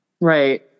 Right